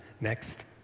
next